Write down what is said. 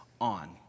on